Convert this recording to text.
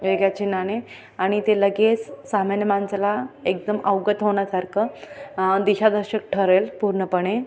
वेगळ्या चिन्हाने आणि ते लगेच सामान्य माणसाला एकदम अवगत होण्यासारखं दिशादर्शक ठरेल पूर्णपणे